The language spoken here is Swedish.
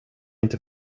inte